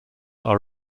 are